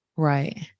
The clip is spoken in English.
Right